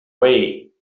way